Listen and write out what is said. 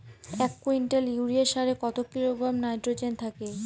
এক quintal urea সারে কত কিলোগ্রাম নাইট্রোজেন থাকে?